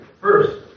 First